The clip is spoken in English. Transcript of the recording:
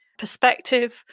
Perspective